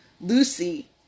Lucy